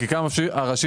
תגיד מי מדבר לפרוטוקול,